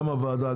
גם הוועדה,